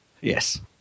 Yes